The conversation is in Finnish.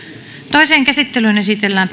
toiseen käsittelyyn esitellään